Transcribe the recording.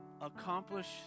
accomplish